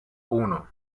uno